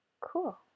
cool